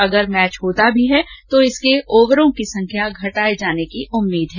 अगर मैच होता भी है तो इसमें ओवरों की संख्या घटाए जाने की उम्मीद है